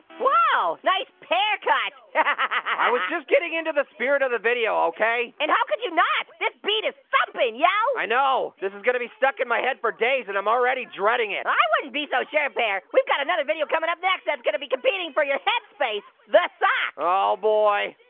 whoa, nice pear cut. yeah i was just getting into the spirit of the video, okay? and how could you not? this beat is thumpin', yo. yeah i know, this is gonna be stuck in my head for days and i'm already dreading it. i wouldn't be so sure, pear. we've got another video coming up next that's gonna be competing for your head space. the sock. oh, boy.